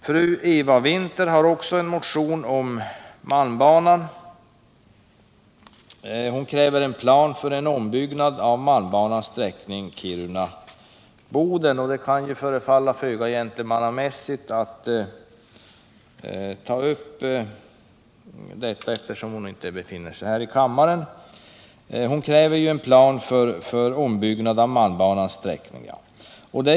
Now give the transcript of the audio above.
Fru Eva Winther har också en motion om malmbanan — det kan förefalla föga gentlemannamässigt att ta upp detta, eftersom hon inte befinner sig här i kammaren. Hon kräver en plan för ombyggnad av malmbanans sträckning Kiruna-Boden.